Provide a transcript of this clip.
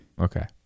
okay